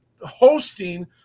hosting